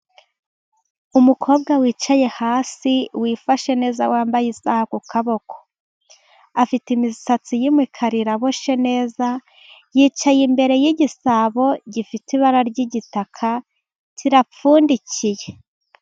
Umukobwa wicaye hasi, wifashe neza, wambayes isaha ku kaboko. Afite imisatsi y'imikara, aboshye neza, yicaye imbere y'igisabo gifite ibara ry'igitaka, kirapfundikiye.